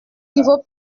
niveau